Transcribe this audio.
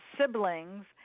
siblings